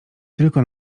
tylko